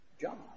John